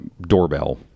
doorbell